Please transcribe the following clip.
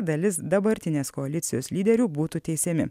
dalis dabartinės koalicijos lyderių būtų teisiami